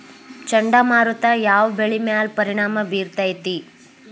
ಚಂಡಮಾರುತ ಯಾವ್ ಬೆಳಿ ಮ್ಯಾಲ್ ಪರಿಣಾಮ ಬಿರತೇತಿ?